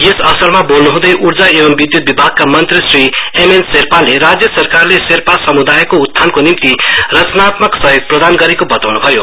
यस अवसरमा बोल्न् हुँदै ऊर्जा एवं विद्युत विभागका मन्त्री श्री एमएन शेर्पाले राज्य सरकारले शेर्पा समुदायको उत्थानको निम्ति रचनात्मक सहयोग प्रदान गरेको बताउन् भयो